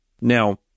Now